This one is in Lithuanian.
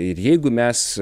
ir jeigu mes